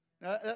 Now